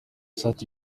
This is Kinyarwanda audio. sat